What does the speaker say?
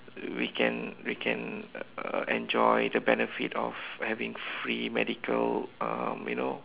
we can we can uh enjoy the benefit of having free medical um you know